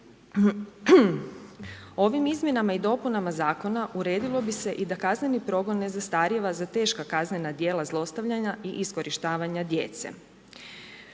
Ovim izmjenama i dopunama zakona uredilo bi se i da kazneno progon ne zastarijeva za teška kaznena djela zlostavljanja i iskorištavanja djece.